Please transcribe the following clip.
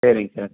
சரிங்க சார்